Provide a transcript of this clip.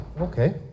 okay